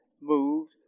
moved